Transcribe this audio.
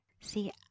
See